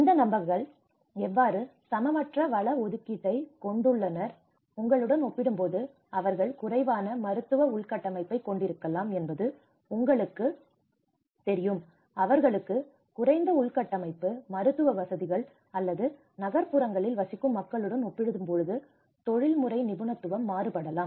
இந்த நபர்கள் எவ்வாறு சமமற்ற வள ஒதுக்கீட்டைக் கொண்டுள்ளனர் உங்களுடன் ஒப்பிடும்போது அவர்கள் குறைவான மருத்துவ உள்கட்டமைப்பைக் கொண்டிருக்கலாம் என்பது உங்களுக்குத் தெரியும் அவர்களுக்கு குறைந்த உள்கட்டமைப்பு மருத்துவ வசதிகள் அல்லது நகர்ப்புறங்களில் வசிக்கும் மக்களுடன் ஒப்பிடும்போது தொழில்முறை நிபுணத்துவம் மாறுபடலாம்